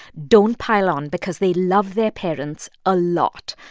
don't pile on because they love their parents a lot.